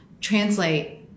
translate